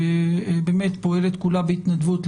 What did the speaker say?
שבאמת פועלת כולה בהתנדבות,